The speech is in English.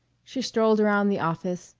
she strolled around the office,